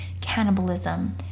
cannibalism